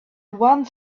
once